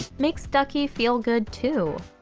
makes duckie feel good, too.